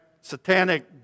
satanic